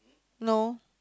no